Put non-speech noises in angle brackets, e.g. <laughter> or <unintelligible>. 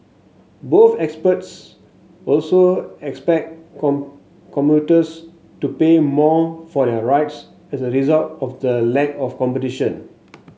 both experts also expect <unintelligible> commuters to pay more for their rides as a result of the lack of competition